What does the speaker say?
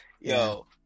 Yo